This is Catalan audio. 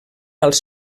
als